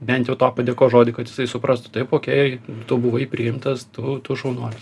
bent jau tą padėkos žodį kad jis suprastų taip okei tu buvai priimtas tu tu šaunuolis